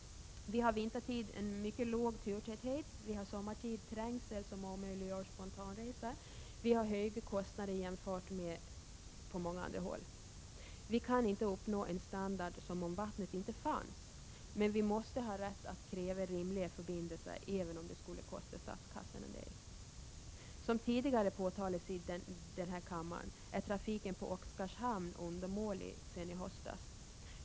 Vi har vintertid en mycket låg turtäthet, vi har sommartid trängsel som omöjliggör spontanresor, vi har höga kostnader jämfört med vad man har på många andra håll. Vi kan inte uppnå en standard som om vattnet inte fanns, men vi måste ha rätt att kräva rimliga förbindelser, även om det skulle kosta statskassan en del. Som tidigare påtalats i denna kammare är trafiken på Oskarshamn undermålig sedan i höstas.